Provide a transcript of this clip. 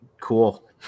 Cool